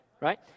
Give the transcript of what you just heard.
Right